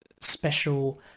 special